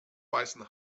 beißen